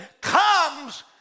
comes